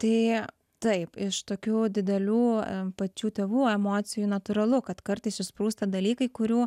tai taip iš tokių didelių pačių tėvų emocijų natūralu kad kartais išsprūsta dalykai kurių